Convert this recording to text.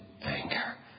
anger